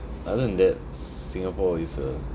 other than that s~ singapore is a